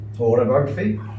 autobiography